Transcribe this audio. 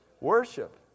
Worship